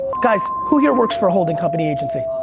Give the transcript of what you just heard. guys, who here works for a holding company agency?